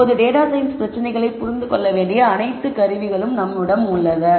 இப்போது data science பிரச்சினைகளை புரிந்து கொள்ள வேண்டிய அனைத்து கருவிகளும் நம்மிடம் உள்ளன